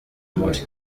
muri